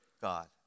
God